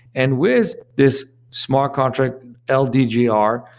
and with this smart contract ldgr,